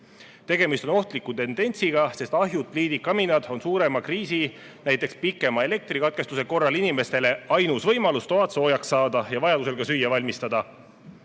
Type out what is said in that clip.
Tegemist on ohtliku tendentsiga, sest ahjud, pliidid ja kaminad on suurema kriisi, näiteks pikema elektrikatkestuse korral inimestele ainus võimalus toad soojaks saada ja vajaduse korral ka süüa valmistada.